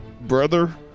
Brother